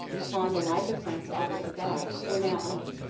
upon the like affronts offered to god, were now under.